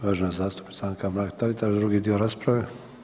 Uvažena zastupnica Anka Mrak-Taritaš drugi dio rasprave.